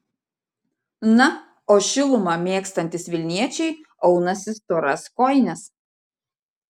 na o šilumą mėgstantys vilniečiai aunasi storas kojines